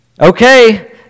Okay